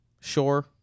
sure